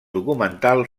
documental